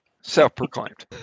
self-proclaimed